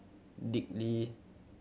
Dick Lee